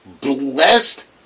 Blessed